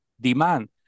demand